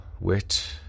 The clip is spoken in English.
wit